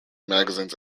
magazines